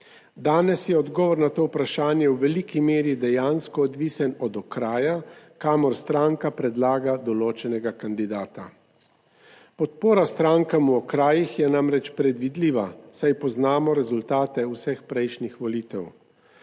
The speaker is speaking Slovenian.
Danes je odgovor na to vprašanje v veliki meri dejansko odvisen od okraja, kamor stranka predlaga določenega kandidata. Podpora strankam v okrajih je namreč predvidljiva, saj poznamo rezultate vseh prejšnjih volitev.